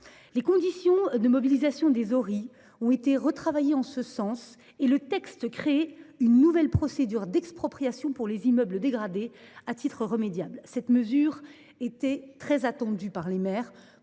restauration immobilière (ORI) ont été retravaillées en ce sens, et le texte crée une nouvelle procédure d’expropriation pour les immeubles dégradés à titre remédiable. Cette mesure était très attendue par les maires,